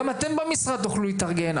גם אתם במשרד תוכלו להתארגן.